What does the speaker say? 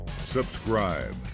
subscribe